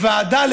לוועדה,